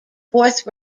fourth